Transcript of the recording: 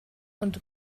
und